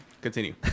Continue